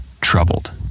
troubled